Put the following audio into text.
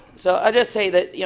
so i'll just say that, yeah